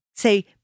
Say